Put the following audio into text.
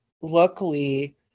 luckily